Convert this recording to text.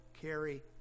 carry